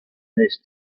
this